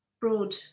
broad